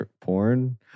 porn